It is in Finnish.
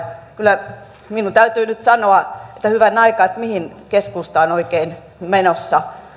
kyllä minun täytyy nyt sanoa että hyvänen aika mihin keskusta on oikein menossa